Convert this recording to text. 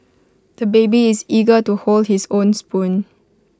the baby is eager to hold his own spoon